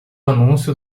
anúncio